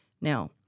Now